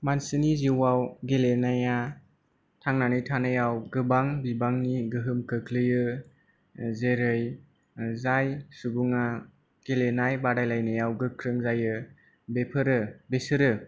मानसिनि जिउआव गेलेनाया थांनानै थानायाव गोबां बिबांनि गोहोम खोख्लैयो जेरै जाय सुबुङा गेलेनाय बादायलायनायाव गोख्रों जायो बेफोरो बेसोरो